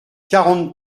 quarante